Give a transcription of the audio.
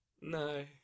no